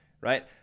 right